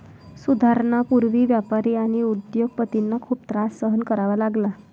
सुधारणांपूर्वी व्यापारी आणि उद्योग पतींना खूप त्रास सहन करावा लागला